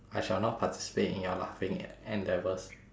I shall not participate in your laughing en~ endeavours